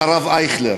מהרב אייכלר.